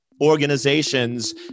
organizations